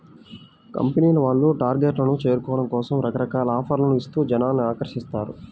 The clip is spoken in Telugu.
కంపెనీల వాళ్ళు టార్గెట్లను చేరుకోవడం కోసం రకరకాల ఆఫర్లను ఇస్తూ జనాల్ని ఆకర్షిస్తారు